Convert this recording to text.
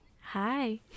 Hi